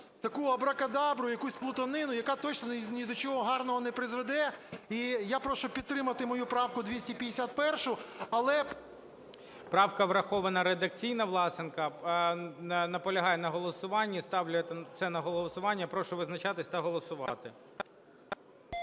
таку абракадабру, якусь плутанину, яка точно ні до чого гарного не призведе. І я прошу підтримати мою правку 251, але… ГОЛОВУЮЧИЙ. Правка врахована редакційно. Власенко наполягає на голосуванні. Ставлю це на голосування. Я прошу визначатись та голосувати.